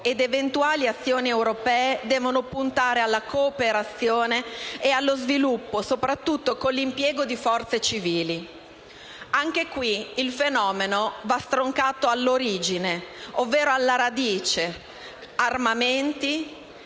ed eventuali azioni europee devono puntare alla cooperazione e allo sviluppo, soprattutto con l'impiego di forze civili. Anche in questo caso il fenomeno va stroncato all'origine, ovvero alla radice,